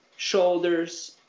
shoulders